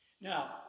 Now